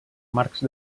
marcs